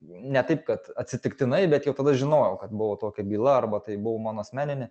ne taip kad atsitiktinai bet jau tada žinojau kad buvo tokia byla arba tai buvo mano asmeninė